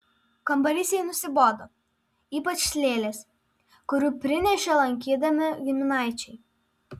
kambarys jai nusibodo ypač lėlės kurių prinešė lankydami giminaičiai